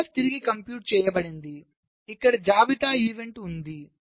LF తిరిగి compute చేయబడింది ఇక్కడ జాబితా ఈవెంట్ ఉంది